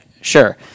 sure